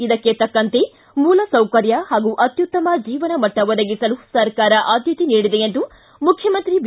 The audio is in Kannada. ಇದಕ್ಕೆ ತಕ್ಕಂತೆ ಮೂಲಸೌಕರ್ಯ ಹಾಗೂ ಅತ್ಯುತ್ತಮ ಜೀವನಮಟ್ಟ ಒದಗಿಸಲು ಸರ್ಕಾರ ಆದ್ದತೆ ನೀಡಿದೆ ಎಂದು ಮುಖ್ಯಮಂತ್ರಿ ಬಿ